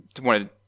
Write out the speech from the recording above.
wanted